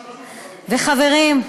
וחברים,